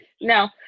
no